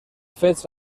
fets